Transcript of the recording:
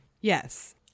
Yes